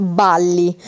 balli